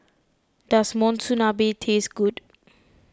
does Monsunabe taste good